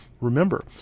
remember